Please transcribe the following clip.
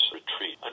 retreat